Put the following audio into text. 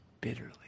bitterly